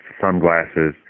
sunglasses